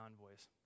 envoys